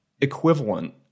equivalent